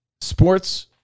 sports